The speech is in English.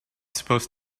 supposed